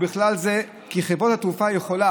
ובכלל זה כי חברת התעופה יכולה,